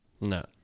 No